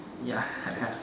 ya